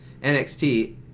NXT